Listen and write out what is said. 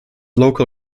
local